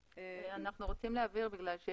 אנחנו רוצים להבהיר כיוון שנראה יש